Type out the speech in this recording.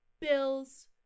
Bills